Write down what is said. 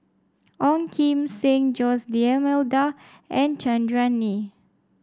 Ong Kim Seng Jose D'Almeida and Chandran Nair